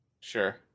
Sure